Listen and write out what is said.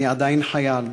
אני עדיין חייל,